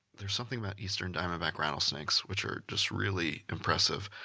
there's something about eastern diamondback rattlesnakes, which are just really impressive.